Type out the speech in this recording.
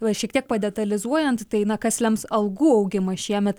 va šiek tiek padetalizuojant tai na kas lems algų augimą šiemet